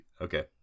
okay